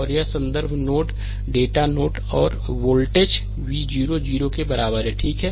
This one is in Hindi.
और यह संदर्भ नोड डेटा नोड है और यह वोल्टेज v 0 0 के बराबर है ठीक है